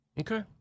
Okay